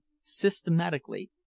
systematically